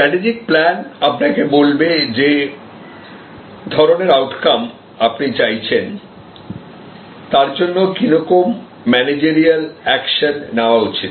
strategic plan আপনাকে বলবে যে ধরনের আউটকাম আপনি চাইছেন তার জন্য কিরকম ম্যানেজারিয়াল একশন নেওয়া উচিত